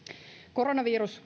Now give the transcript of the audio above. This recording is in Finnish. koronavirus